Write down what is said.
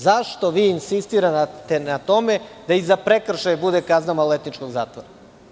Zašto insistirate na tome da i za prekršaje bude kazna maloletničkog zatvora?